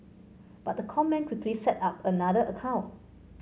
but the con man quickly set up another account